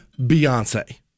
Beyonce